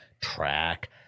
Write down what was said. track